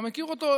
אתה מכיר אותו?